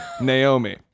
Naomi